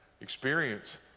Experience